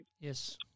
Yes